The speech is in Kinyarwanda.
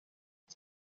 ati